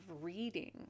reading